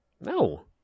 No